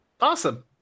awesome